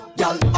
y'all